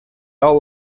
out